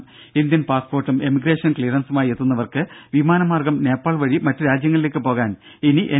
ദേദ ഇന്ത്യൻ പാസ്പോർട്ടും എമിഗ്രേഷൻ ക്സിയറൻസുമായി എത്തുന്നവർക്ക് വിമാനമാർഗ്ഗം നേപ്പാൾ വഴി മറ്റ് രാജ്യങ്ങളിലേക്ക് പോകാൻ ഇനി എൻ